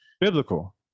biblical